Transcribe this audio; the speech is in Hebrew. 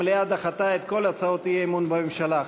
המליאה דחתה את כל הצעות האי-אמון בממשלה.